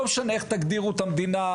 לא משנה איך תגדירו את המדינה,